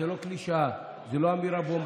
זאת לא קלישאה, זו לא אמירה בומבסטית,